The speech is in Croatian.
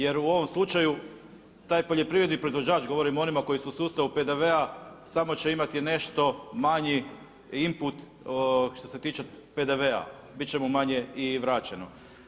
Jer u ovom slučaju taj poljoprivredni proizvođač, govorim o onima koji su u sustavu PDV-a samo će imati nešto manji input što se tiče PDV-a, bit će mu manje i vraćeno.